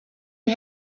you